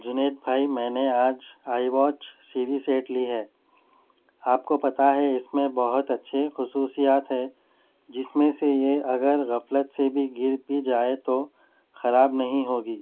جنید بھائی میں نے آج آئی واچ سیوی سیٹ لی ہے آپ کو پتہ ہے اس میں بہت اچھے خصوصیات ہے جس میں سے یہ اگر غفلت سے بھی گر بھی جائے تو خراب نہیں ہوگی